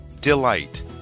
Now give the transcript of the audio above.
Delight